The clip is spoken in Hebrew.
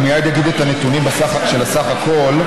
אני מייד אגיד את הנתונים בסך הכול.